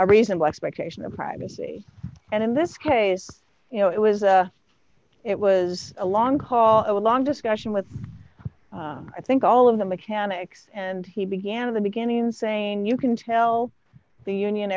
a reasonable expectation of privacy and in this case you know it was a it was a long haul a long discussion with i think all of the mechanics and he began in the beginning in saying you can tell the union